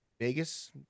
Vegas